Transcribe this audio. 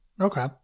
Okay